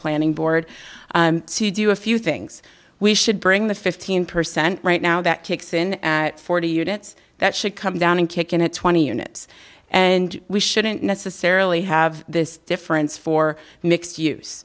planning board to do a few things we should bring the fifteen percent right now that kicks in at forty units that should come down and kick in at twenty units and we shouldn't necessarily have this difference for mixed